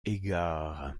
égard